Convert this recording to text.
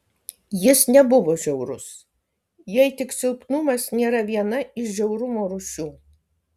jis nebuvo žiaurus jei tik silpnumas nėra viena iš žiaurumo rūšių